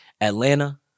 Atlanta